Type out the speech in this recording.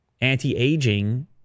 anti-aging